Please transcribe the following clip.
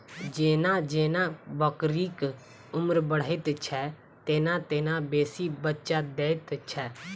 जेना जेना बकरीक उम्र बढ़ैत छै, तेना तेना बेसी बच्चा दैत छै